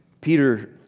Peter